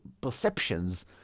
perceptions